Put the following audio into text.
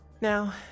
Now